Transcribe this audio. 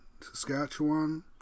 Saskatchewan